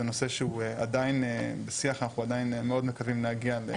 זה נושא שהוא עדיין בשיח אנחנו מאוד מקווים להגיע להישגים.